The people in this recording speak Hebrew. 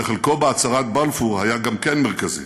שחלקו בהצהרת בלפור גם כן היה מרכזי.